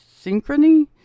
synchrony